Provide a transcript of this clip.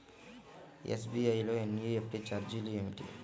SBI లో NEFT ఛార్జీలు ఏమిటి?